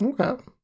Okay